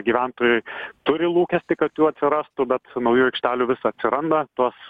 gyventojai turi lūkestį kad jų atsirastų bet naujų aikštelių vis atsiranda tos